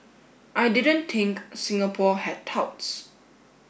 I didn't think Singapore had touts